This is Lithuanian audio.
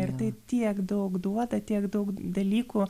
ir tai tiek daug duota tiek daug dalykų